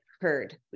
heard